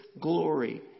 glory